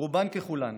רובן ככולן